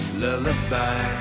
lullaby